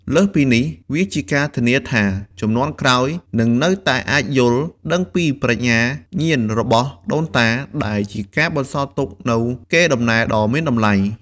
លើសពីនេះ វាជាការធានាថាជំនាន់ក្រោយនឹងនៅតែអាចយល់ដឹងពីប្រាជ្ញាញាណរបស់ដូនតា ដែលជាការបន្សល់ទុកនូវកេរដំណែលដ៏មានតម្លៃ។